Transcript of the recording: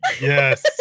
Yes